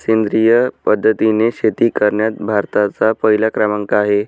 सेंद्रिय पद्धतीने शेती करण्यात भारताचा पहिला क्रमांक आहे